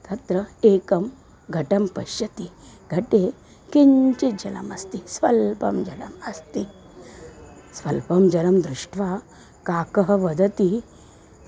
तत्र एकं घटं पश्यति घटे किञ्चिज्जलमस्ति स्वल्पं जलम् अस्ति स्वल्पं जलं दृष्ट्वा काकः वदति